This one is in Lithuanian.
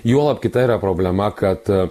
juolab kita yra problema kad